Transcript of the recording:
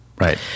Right